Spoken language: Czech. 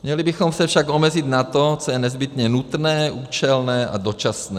Měli bychom se však omezit na to, co je nezbytně nutné, účelné a dočasné.